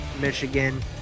Michigan